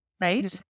right